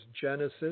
Genesis